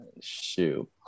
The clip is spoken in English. Shoot